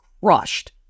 crushed